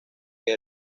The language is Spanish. que